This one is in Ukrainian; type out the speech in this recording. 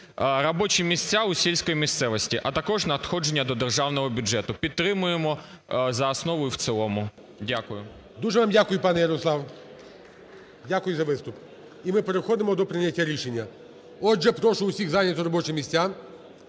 робочі місця в сільській місцевості, а також надходження до державного бюджету. Підтримуємо за основу і в цілому. Дякую. ГОЛОВУЮЧИЙ. Дуже вам дякую, пане Ярослав. Дякую за виступ. І ми переходимо до прийняття рішення. Отже, всіх прошу зайняти робочі місця.